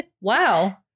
Wow